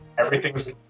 everything's